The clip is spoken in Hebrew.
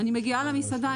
אני מגיעה למסעדה,